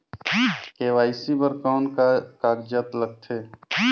KYC बर कौन का कागजात लगथे?